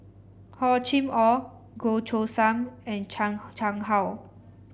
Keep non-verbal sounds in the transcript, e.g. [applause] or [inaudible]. Hor Chim Or Goh Choo San and Chan [noise] Chang How